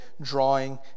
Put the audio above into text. drawing